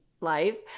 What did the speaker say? life